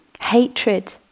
hatred